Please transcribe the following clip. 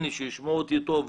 הנה, תשמעו אותי טוב.